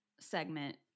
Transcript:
Segment